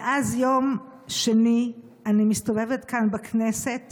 מאז יום שני אני מסתובבת כאן בכנסת